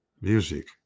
music